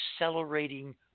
accelerating